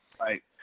Right